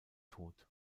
tot